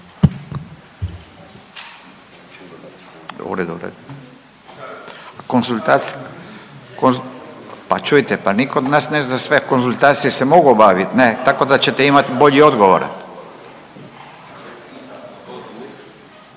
ne razumije/… Konzultac…, konz…, pa čujte pa niko od nas ne zna sve, konzultacije se mogu obavit ne, tako da ćete imat bolji odgovor.